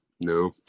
no